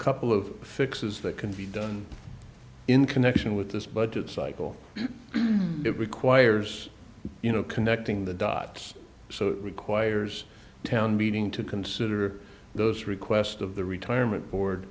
couple of fixes that can be done in connection with this budget cycle that requires you know connecting the dots so it requires town meeting to consider those request of the retirement board